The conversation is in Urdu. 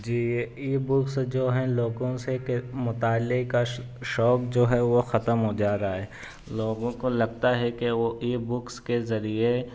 جی ای بکس جو ہیں لوگوں سے کہ مطالعہ کا شوق جو ہے وہ ختم ہو جا رہا ہے لوگوں کو لگتا ہے کہ وہ ای بکس کے ذریعے